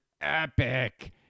epic